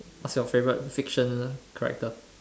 what's your favourite fictional character